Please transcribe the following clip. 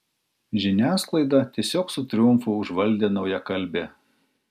žiniasklaidą tiesiog su triumfu užvaldė naujakalbė